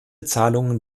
zahlungen